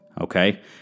okay